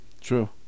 True